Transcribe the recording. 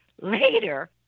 later